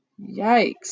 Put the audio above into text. Yikes